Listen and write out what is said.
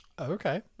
okay